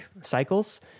cycles